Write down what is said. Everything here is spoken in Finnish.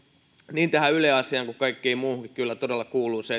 niin tähän yle asiaan kuin kaikkeen muuhunkin kyllä todella kuuluu se